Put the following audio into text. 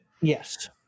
Yes